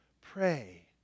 pray